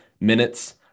minutes